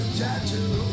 tattoo